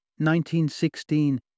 1916